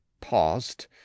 paused